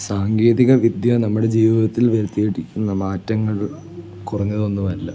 സാങ്കേതിക വിദ്യ നമ്മുടെ ജീവിതത്തിൽ വരുത്തിയിരിക്കുന്ന മാറ്റങ്ങൾ കുറഞ്ഞതൊന്നുമല്ല